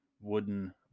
wooden